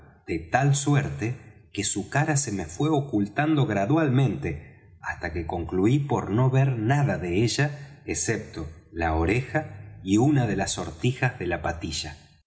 de tal suerte que su cara se me fué ocultando gradualmente hasta que concluí por no ver nada de ella excepto la oreja y una de las sortijas de la patilla